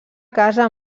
casa